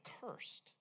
cursed